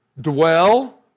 Dwell